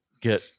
get